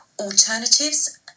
Alternatives